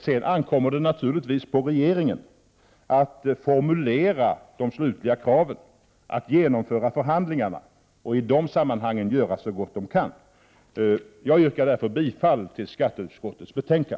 Sedan ankommer det naturligtvis på regeringen att formulera de slutliga kraven, att genomföra förhandlingar och i de sammanhangen göra så gott den kan. Jag yrkar därför bifall till skatteutskottets hemställan.